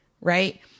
Right